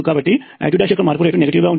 కాబట్టిI2యొక్క మార్పు రేటు నెగటివ్ గా ఉంటుంది